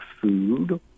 food